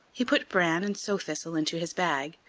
he put bran and sow-thistle into his bag,